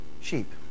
sheep